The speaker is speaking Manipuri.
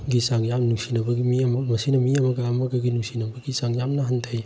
ꯒꯤ ꯆꯥꯡ ꯌꯥꯝ ꯅꯨꯡꯁꯤꯅꯕꯒꯤ ꯃꯤ ꯑꯃ ꯃꯁꯤꯅ ꯃꯤ ꯑꯃꯒ ꯑꯃꯒꯒꯤ ꯅꯨꯡꯁꯤꯅꯕꯒꯤ ꯆꯥꯡ ꯌꯥꯝꯅ ꯍꯟꯊꯩ